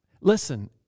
Listen